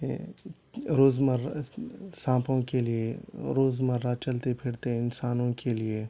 روزمرہ سانپوں کے لیے روزمرہ چلتے پھرتے انسانوں کے لیے